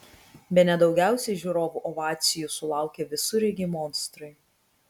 bene daugiausiai žiūrovų ovacijų sulaukė visureigiai monstrai